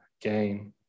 gain